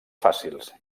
fàcils